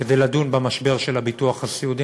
כדי לדון במשבר של הביטוח הסיעודי.